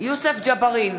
יוסף ג'בארין,